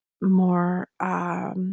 more